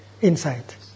insight